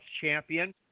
champion